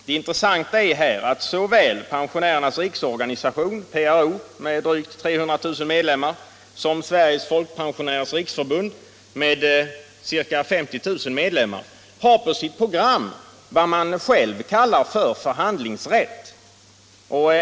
Det intressanta är här att såväl Pensionärernas riksorganisation, PRO, med drygt 300 000 medlemmar som Sveriges folkpensionärers riksförbund, SFRF, med ca 50 000 medlemmar har på sitt 93 program vad de själva kallar förhandlingsrätt.